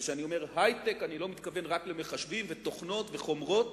וכשאני אומר היי-טק אני לא מתכוון רק למחשבים ותוכנות וחומרות